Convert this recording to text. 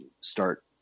start